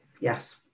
yes